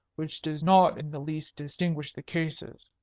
which does not in the least distinguish the cases.